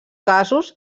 casos